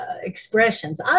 expressions